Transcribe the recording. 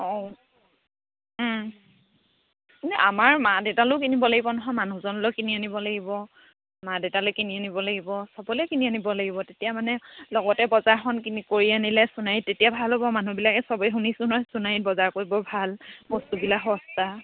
অঁ এনেই আমাৰ মা দেউতালৈও কিনিব লাগিব নহয় মানুহজনলৈ কিনি আনিব লাগিব মা দেউতালৈ কিনি আনিব লাগিব সবলৈ কিনি আনিব লাগিব তেতিয়া মানে লগতে বজাৰখন কিনি কৰি আনিলে সোনাৰীত তেতিয়া ভাল হ'ব মানুহবিলাকে সবেই শুনিছোঁ নহয় সোনাৰীত বজাৰ কৰিব ভাল বস্তুবিলাক সস্তা